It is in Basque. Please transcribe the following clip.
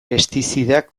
pestizidak